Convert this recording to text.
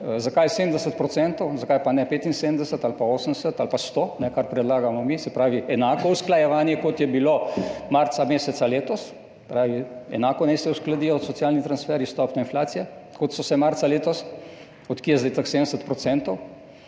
zakaj 70 %, zakaj pa ne 75 ali pa 80 ali pa 100, kar predlagamo mi, se pravi enako usklajevanje kot je bilo meseca marca letos, enako naj se uskladijo socialni transferji s stopnjo inflacije, kot so se marca letos. Od kje je zdaj teh 70